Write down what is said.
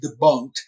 debunked